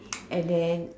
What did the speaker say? and then